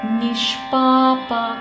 nishpapa